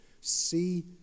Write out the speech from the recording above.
see